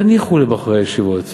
תניחו לבחורי הישיבות.